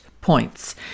points